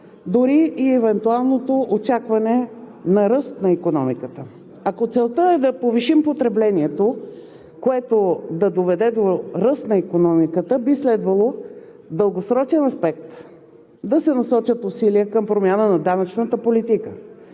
дори и при евентуалното очакване на ръст на икономиката. Ако целта е да повишим потреблението, което да доведе до ръст на икономиката, би следвало в дългосрочен аспект да се насочат усилия към промяна на данъчната политика,